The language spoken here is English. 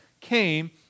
came